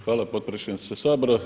Hvala podpredsjedniče Sabora.